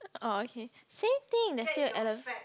oh okay same thing there's still alu~